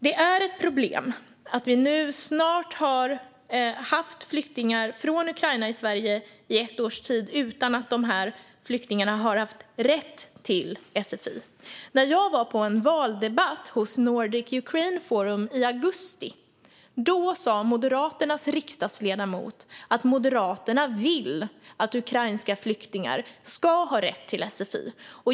Det är ett problem att vi nu har haft flyktingar från Ukraina i Sverige i snart ett års tid utan att dessa flyktingar har haft rätt till sfi. När jag var på en valdebatt hos Nordic Ukraine Forum i augusti sa Moderaternas riksdagsledamot att Moderaterna vill att ukrainska flyktingar ska ha rätt till sfi.